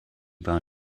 war